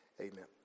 amen